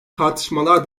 tartışmalar